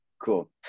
Cool